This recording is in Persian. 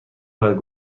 باید